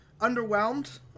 Underwhelmed